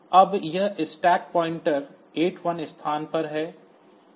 अब यह stack pointer 81 स्थान पर है